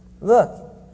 Look